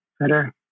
better